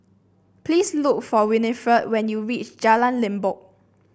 please look for Winnifred when you reach Jalan Limbok